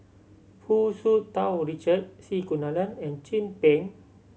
Hu Tsu Tau Richard C Kunalan and Chin Peng